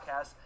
podcast